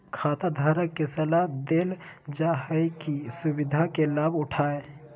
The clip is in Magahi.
खाताधारक के सलाह देल जा हइ कि ई सुविधा के लाभ उठाय